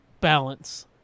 balance